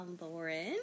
Lauren